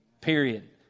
period